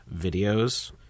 videos